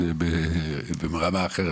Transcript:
באמת ברמה אחרת,